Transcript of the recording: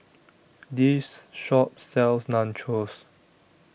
This Shop sells Nachos